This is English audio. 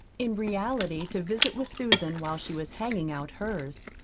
in reality to visit with susan while she was hanging out hers.